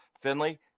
Finley